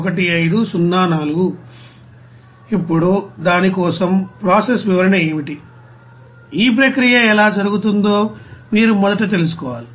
ఇప్పుడు దాని కోసం ప్రాసెస్ వివరణ ఏమిటి ఈ ప్రక్రియ ఎలా జరుగుతుందో మీరు మొదట తెలుసుకోవాలి